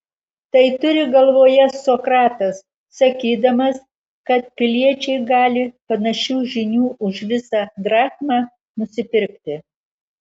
tai turi galvoje sokratas sakydamas kad piliečiai gali panašių žinių už visą drachmą nusipirkti